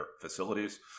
facilities